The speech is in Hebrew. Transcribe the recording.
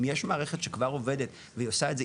אם יש מערכת שכבר עובדת והיא עושה את זה